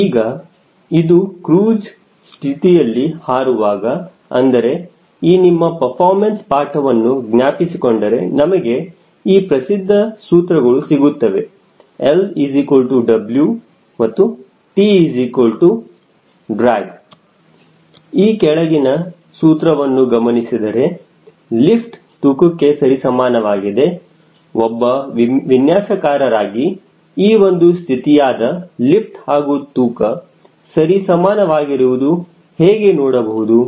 ಈಗ ಇದು ಕ್ರೂಜ್ ಸ್ಥಿತಿಯಲ್ಲಿ ಹಾರುವಾಗ ಅಂದರೆ ಈ ನಿಮ್ಮ ಪರ್ಫಾರ್ಮೆನ್ಸ್ ಪಾಠವನ್ನು ಜ್ಞಾಪಿಸಿಕೊಂಡರೆ ನಮಗೆ ಪ್ರಸಿದ್ಧ ಸೂತ್ರಗಳು ಸಿಗುತ್ತವೆ L W T D ಈ ಕೆಳಗಿನ ಮೊದಲನೇ ಸೂತ್ರವನ್ನು ಗಮನಿಸಿದರೆ ಲಿಫ್ಟ್ ತೂಕಕ್ಕೆ ಸರಿಸಮಾನವಾಗಿದೆ ಒಬ್ಬ ವಿನ್ಯಾಸಕಾರರಾಗಿ ಈ ಒಂದು ಸ್ಥಿತಿಯಾದ ಲಿಫ್ಟ ಹಾಗೂ ತೂಕ ಸರಿ ಸಮಾನವಾಗಿರುವುದು ಹೇಗೆ ನೋಡಬಹುದು